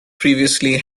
previously